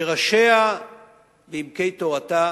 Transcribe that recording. שראשיה בעמקי תורתה